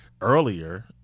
earlier